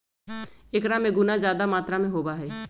एकरा में गुना जादा मात्रा में होबा हई